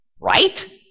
Right